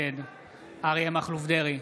נגד אריה מכלוף דרעי,